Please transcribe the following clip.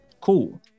cool